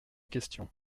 questions